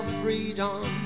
freedom